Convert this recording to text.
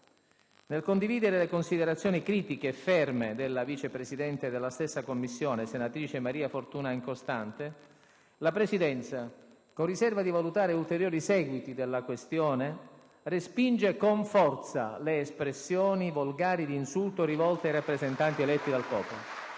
Nel condividere le considerazioni critiche e ferme della vice presidente della stessa Commissione, senatrice Maria Fortuna Incostante, la Presidenza, con riserva di valutare ulteriori seguiti della questione, respinge con forza le espressioni volgari di insulto rivolte ai rappresentanti eletti dal popolo.